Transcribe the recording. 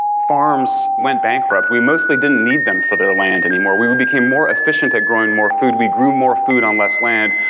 farms went bankrupt. we mostly didn't need them for their land anymore. we we became more efficient at growing more food, we grew more food on less land.